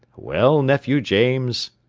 well, nephew james?